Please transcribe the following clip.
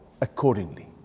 accordingly